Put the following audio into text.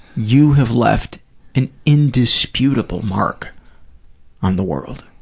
you have left an indisputable mark on the world.